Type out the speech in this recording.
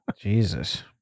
Jesus